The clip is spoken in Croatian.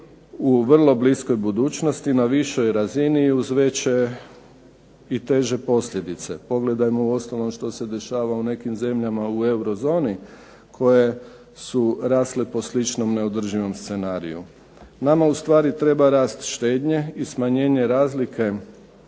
u vrlo bliskoj budućnosti na višoj razini i uz veće i teže posljedice. Pogledajmo uostalom što se dešava u nekim zemljama u euro zoni koje su rasle po sličnom neodrživom scenariju. Nama u stvari treba rast štednje i smanjenje razlike